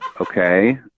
okay